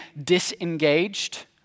disengaged